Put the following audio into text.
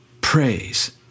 praise